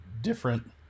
different